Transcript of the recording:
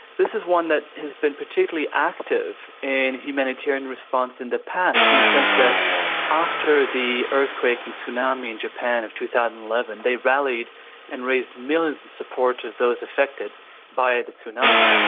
this is one that has been particularly active in humanitarian response in the past in the sense that after the earthquake and tsunami in japan of two thousand and eleven they rallied and raised millions in support of those affected by the tsunami.